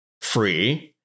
free